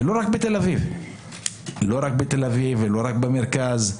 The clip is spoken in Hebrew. ולא רק בתל-אביב ולא רק במרכז,